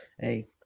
hey